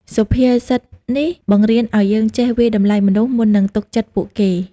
សុភាសិតនេះបង្រៀនឱ្យយើងចេះ វាយតម្លៃមនុស្ស មុននឹងទុកចិត្តពួកគេ។